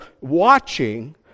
watching